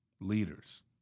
leaders